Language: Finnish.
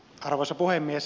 arvoisa puhemies